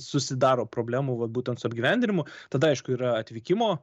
susidaro problemų va būtent su apgyvendinimu tad aišku yra atvykimo